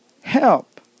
help